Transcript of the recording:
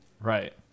Right